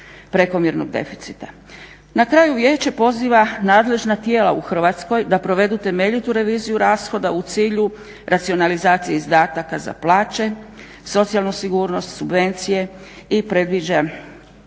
prekomjernog deficita. Na kraju Vijeće poziva nadležna tijela u Hrvatskoj da provedu temeljitu reviziju rashoda u cilju racionalizacije izdataka za plaće, socijalnu sigurnost, subvencije i predvidi